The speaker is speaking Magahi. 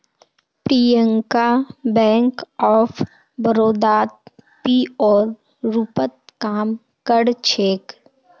प्रियंका बैंक ऑफ बड़ौदात पीओर रूपत काम कर छेक